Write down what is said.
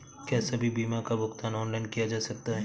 क्या सभी बीमा का भुगतान ऑनलाइन किया जा सकता है?